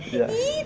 E two